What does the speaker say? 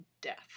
death